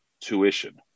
tuition